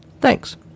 Thanks